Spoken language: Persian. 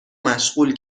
مشغول